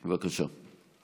בבקשה.